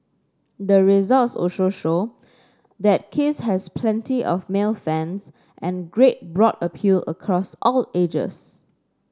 the results also show that kiss has plenty of male fans and a great broad appeal across all ages